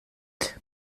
but